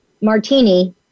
martini